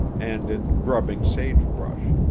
and in grubbing sagebrush,